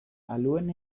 aluen